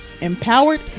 empowered